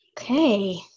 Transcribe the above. Okay